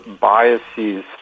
biases